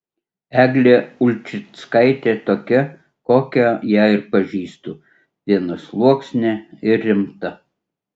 eglė ulčickaitė tokia kokią ją ir pažįstu vienasluoksnė ir rimta